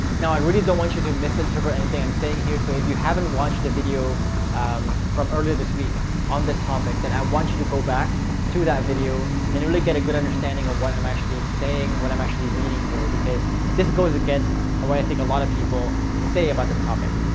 now, i really don't want you to misinterpret anything i'm saying here. so if you haven't watched a video from earlier this week on this topic that i want you to go back to that video and really get a good understanding of what i'm actually saying. what i'm actually meaning here, because this goes against ah what i i think a lot of people say about this topic.